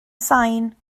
sain